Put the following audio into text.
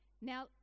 Now